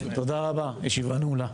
תודה רבה, הישיבה נעולה.